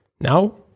Now